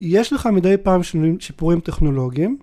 יש לך מדי פעם שינויים שיפורים טכנולוגיים